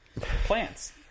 Plants